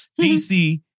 DC